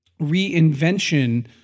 reinvention